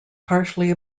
partially